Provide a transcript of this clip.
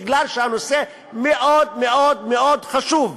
מפני שהנושא מאוד חשוב,